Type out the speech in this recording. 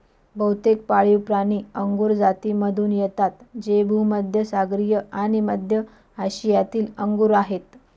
बहुतेक पाळीवप्राणी अंगुर जातीमधून येतात जे भूमध्य सागरीय आणि मध्य आशियातील अंगूर आहेत